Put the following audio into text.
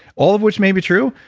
all of which may be true.